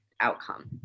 outcome